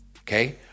okay